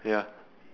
ya